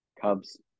Cubs